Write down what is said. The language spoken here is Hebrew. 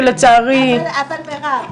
שלצערי --- אבל מירב,